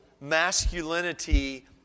masculinity